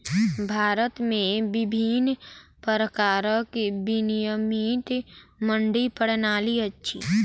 भारत में विभिन्न प्रकारक विनियमित मंडी प्रणाली अछि